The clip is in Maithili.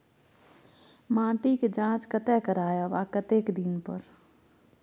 माटी के ज जॉंच कतय से करायब आ कतेक दिन पर?